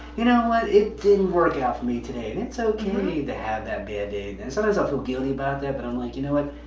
you know what, it didn't work out for me today, and it's so okay to have that bad day then sometimes i feel guilty about that, but i'm like you know what,